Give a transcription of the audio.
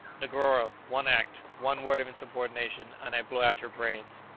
negoro, one act, one word of insubordination, and i blow out your brains!